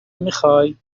میخوای